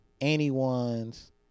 anyone's